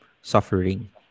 suffering